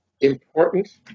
important